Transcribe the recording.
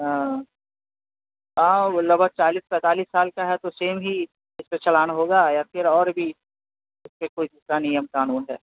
ہاں ہاں وہ لگ بھگ چالیس پینتالیس سال کا ہے تو سیم ہی اس پہ چالان ہوگا یا پھر اور بھی اس پہ کوئی سزا نیم قانون ہے